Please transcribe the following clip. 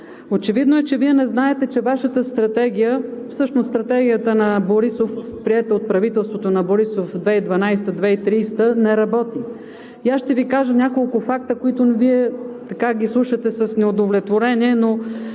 Очевидно е, че Вие не знаете, че Вашата стратегия, всъщност стратегията на Борисов, приета от правителството на Борисов, 2012 – 2030 г. не работи. Аз ще Ви кажа няколко факта, които Вие слушате с неудовлетворение, но